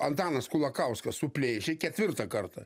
antanas kulakauskas suplėšė ketvirtą kartą